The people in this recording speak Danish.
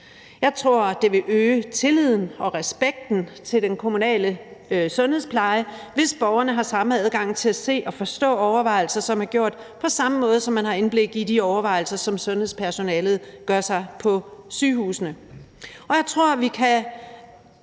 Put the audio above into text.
Jeg tror, at det vil øge tilliden til og respekten for den kommunale sundhedspleje, hvis borgerne har samme adgang til at se og forstå overvejelser, som er gjort, på samme måde, som man har indblik i de overvejelser, som sundhedspersonalet gør sig på sygehusene.